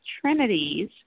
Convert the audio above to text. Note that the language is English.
trinities